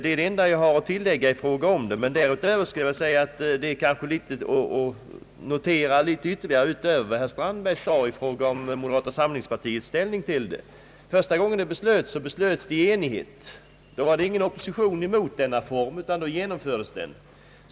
Därutöver anser jag det vara viktigt att notera en del synpunkter på herr Strandbergs yttrande i fråga om moderata samlingspartiets inställning. Första gången beslut fattades rådde ingen opposition mot denna form av redovisning, utan då genomfördes den enhälligt.